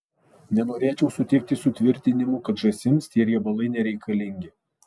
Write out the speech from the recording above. nenorėčiau sutikti su tvirtinimu kad žąsims tie riebalai nereikalingi